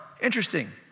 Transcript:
Interesting